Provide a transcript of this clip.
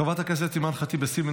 חברת הכנסת אימאן ח'טיב יאסין,